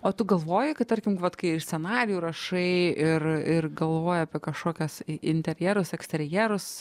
o tu galvoji kad tarkim vat kai ir scenarijų rašai ir ir galvoji apie kašokias i interjerus eksterjerus